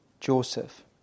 Joseph